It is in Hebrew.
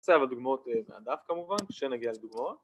נמצא אבל דוגמאות מהדף כמובן כשנגיע לדוגמאות